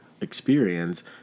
experience